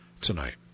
tonight